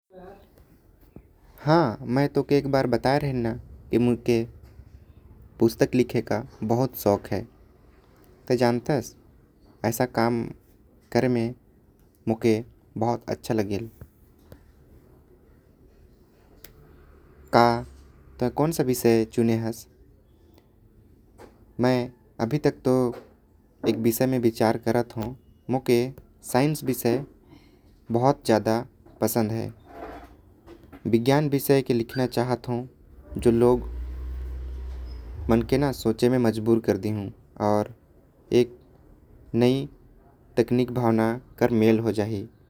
हाँ एक बार तोके बताये रहेन न इमन के पुस्तक लिखे के बहुत शौक हवे। ते जानथस ऐसा काम करे में मोके बहुत अच्छा लगेल ऐ। बता ते कौन सा विषय चुने हस मै अभी तक। तो एक विषय में विचार करथ हो मोके साइंस विषय बहुत पसंद हवे। विज्ञान विषय में लिखना चाहत हो। जो लोग मन के सोचे में मजबूर कर दे ताकि। नई तकनीक भावना के मेल हो जाहि।